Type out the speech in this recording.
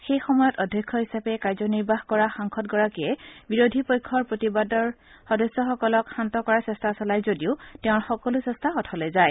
সেই সময়ত অধ্যক্ষ হিচাপে কাৰ্যনিৰ্বাহ কৰা সাংসদগৰাকীয়ে বিৰোধী পক্ষৰ প্ৰতিবাদৰত সদস্যসকলক শান্ত কৰাৰ চেষ্টা চলায় যদিও তেওঁৰ সকলো চেষ্টা অথলে যায়